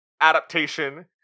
adaptation